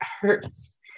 hurts